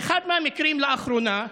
באחד המקרים לאחרונה,